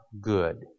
good